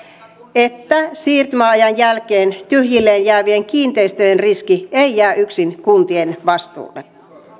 että siirtymäajan jälkeen tyhjilleen jäävien kiinteistöjen riski ei jää yksin kuntien vastuulle